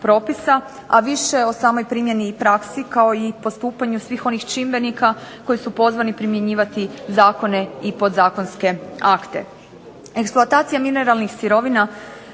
a više o samoj primjeni i praksi kao i postupanju svih onih čimbenika koji su pozvani primjenjivati zakone i podzakonske akte. Eksploatacija mineralnih sirovina